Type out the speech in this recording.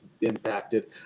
impacted